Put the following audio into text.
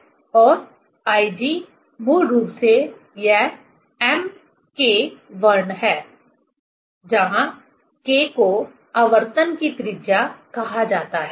वे यह K है और IG मूल रूप से यह mK2 है जहां K को आवर्तन की त्रिज्या कहा जाता है